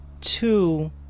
two